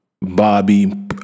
Bobby